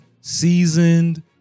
seasoned